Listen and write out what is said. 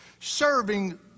serving